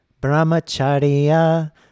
brahmacharya